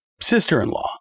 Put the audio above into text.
sister-in-law